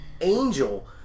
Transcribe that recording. angel